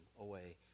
away